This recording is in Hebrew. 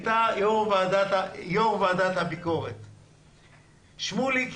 הייתה יו"ר ועדת הביקורת, עו"ד שמוליק